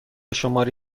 شماره